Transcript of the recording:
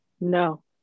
No